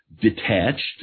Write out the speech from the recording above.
detached